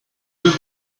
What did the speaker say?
deux